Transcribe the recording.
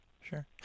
sure